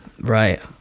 Right